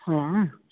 ਹਾਂ